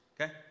okay